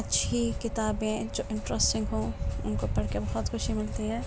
اچھی کتابیں جو انٹرسٹنگ ہوں ان کو پڑھ کے بہت خوشی ملتی ہے